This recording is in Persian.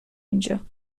اینجا